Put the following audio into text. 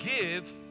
give